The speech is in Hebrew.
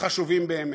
החשובים באמת.